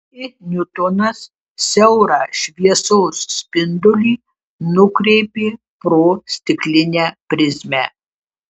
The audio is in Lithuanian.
i niutonas siaurą šviesos spindulį nukreipė pro stiklinę prizmę